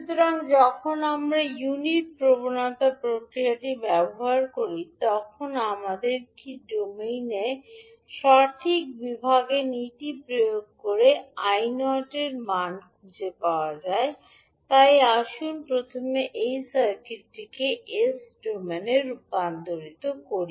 সুতরাং যখন আমরা ইউনিট প্রবণতা প্রতিক্রিয়াটি ব্যবহার করি তখন আমাদের কী ডোমেইনে সঠিক বিভাগ নীতি প্রয়োগ করে 𝑖0 এর মান খুঁজে পাওয়া যায় তাই আসুন প্রথমে এই সার্কিটটিকে এস ডোমেনে রূপান্তর করি